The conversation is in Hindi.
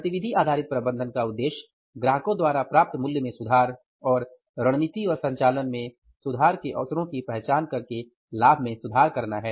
गतिविधि आधारित प्रबंधन का उद्देश्य ग्राहकों द्वारा प्राप्त मूल्य में सुधार और रणनीति और संचालन में सुधार के अवसरों की पहचान करके लाभ में सुधार करना है